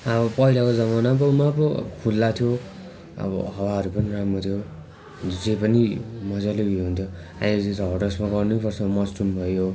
अब पहिलाको जमाना पो मा पो खुल्ला थियो अब हावाहरू पनि राम्रो थियो जुन चाहिँ पनि मज्जाले उयो हुन्थ्यो अहिले त हट हाउसमा गर्नै पर्छ मसरुम भयो